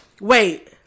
wait